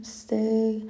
stay